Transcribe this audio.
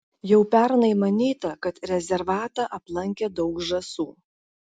jau pernai manyta kad rezervatą aplankė daug žąsų